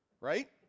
Right